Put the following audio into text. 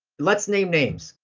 let's name names.